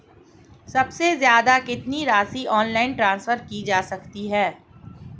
सबसे ज़्यादा कितनी राशि ऑनलाइन ट्रांसफर की जा सकती है?